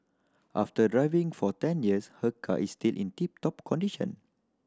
after driving for ten years her car is still in tip top condition